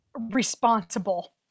responsible